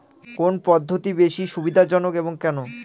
কোন পদ্ধতি বেশি সুবিধাজনক এবং কেন?